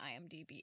IMDb